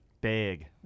Big